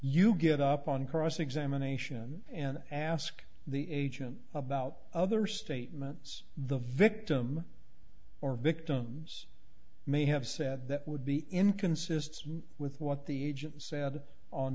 you get up on cross examination and ask the agent about other statements the victim or victims may have said that would be inconsistent with what the agent said on